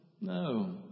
no